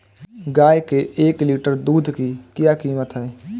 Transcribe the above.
गाय के एक लीटर दूध की क्या कीमत है?